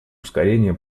ускорения